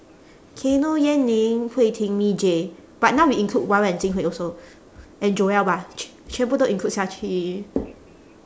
kayno yan ning hui ting me jay but now we include Y_Y and jing hui also and joel bah qu~ 全部都 include 下去